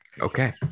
Okay